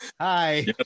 Hi